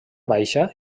baixa